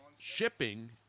Shipping